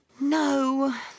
No